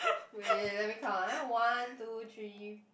wait let me count ah one two three